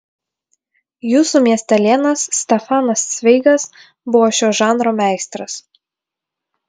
jūsų miestelėnas stefanas cveigas buvo šio žanro meistras